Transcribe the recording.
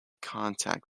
contact